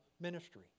ministry